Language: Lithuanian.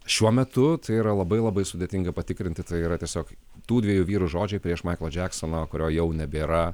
šiuo metu tai yra labai labai sudėtinga patikrinti tai yra tiesiog tų dviejų vyrų žodžiai prieš maiklo džeksono kurio jau nebėra